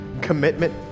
commitment